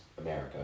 America